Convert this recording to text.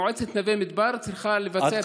מועצת נווה מדבר צריכה לבצע את ההזמנה,